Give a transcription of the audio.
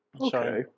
okay